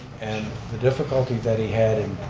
and the difficulty that he had in,